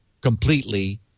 completely